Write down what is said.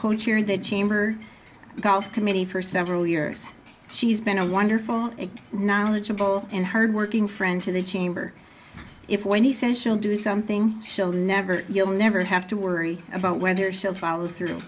chair the chamber golf committee for several years she's been a wonderful knowledgeable and hardworking friend to the chamber if when he says she'll do something she'll never you'll never have to worry about whether she'll follow through